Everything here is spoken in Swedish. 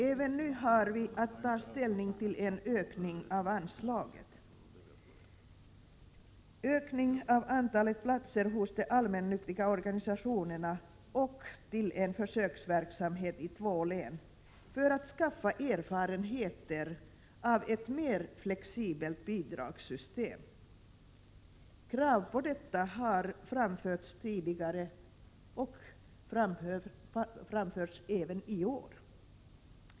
Även nu har vi att ta ställning till en ökning av anslagen, ökning av antalet platser i de allmännyttiga organisationerna och till en försöksverksamhet i två län för att skaffa erfarenheter av ett mer flexibelt bidragssystem. Krav på detta har framförts tidigare och framförs även i år.